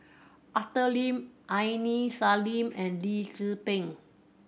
Arthur Lim Aini Salim and Lee Tzu Pheng